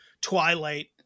Twilight